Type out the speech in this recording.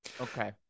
Okay